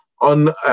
on